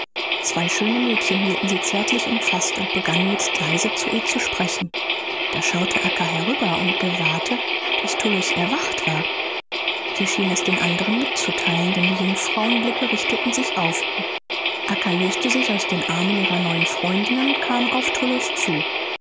zwei schöne mädchen hielten sie zärtlich umfaßt und begannen jetzt leise zu ihr zu sprechen da schaute acca herüber und gewahrte daß tullus erwacht war sie schien es den anderen mitzutheilen denn der jungfrauen blicke richteten sich auf ihn acca löste sich aus den armen ihrer neuen freundinnen und kam auf tullus zu